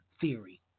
theory